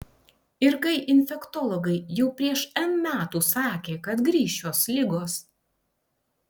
ir kai infektologai jau prieš n metų sakė kad grįš šios ligos